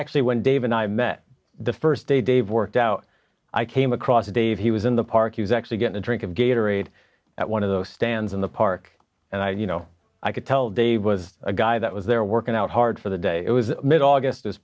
actually when dave and i met the first day dave worked out i came across dave he was in the park he was actually get a drink of gator aid at one of those stands in the park and i you know i could tell dave was a guy that was there working out hard for the day it was mid august is